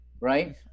right